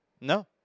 No